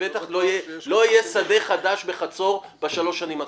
בטח לא יהיה שדה חדש בחצור בשלוש השנים הקרובות.